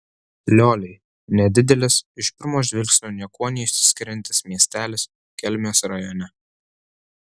lioliai nedidelis iš pirmo žvilgsnio niekuo neišsiskiriantis miestelis kelmės rajone